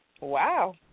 Wow